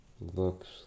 looks